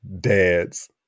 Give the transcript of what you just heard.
dad's